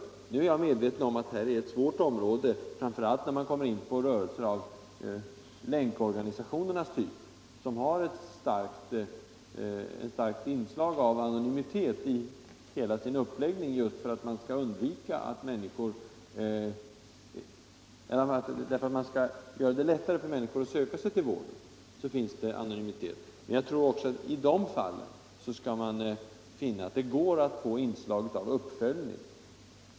Nu är jag medveten om att detta är ett svårt område, framför allt när man kommer in på rörelser av länkorganisationernas typ, som har ett starkt inslag av anonymitet i hela sin uppläggning, just för att göra det lättare för människor att söka sig till deras vård. Men jag tror att man skall finna att det också i det fallet går att få inslag av uppföljning.